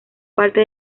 parte